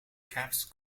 capped